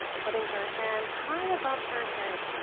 putting her hands high above her head,